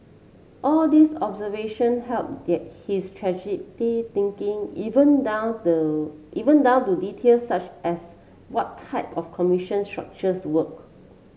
all these observation help his strategic thinking even down the even down to detail such as what type of commission structure work